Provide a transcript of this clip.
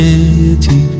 City